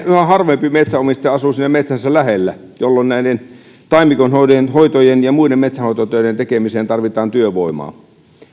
harvempi metsänomistaja asuu siinä metsänsä lähellä jolloin näiden taimikoidenhoitojen ja muiden metsänhoitotöiden tekemiseen tarvitaan työvoimaa